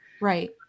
Right